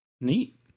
Neat